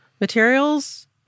materials